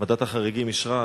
וועדת החריגים אישרה.